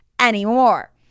anymore